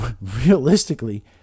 Realistically